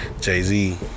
Jay-Z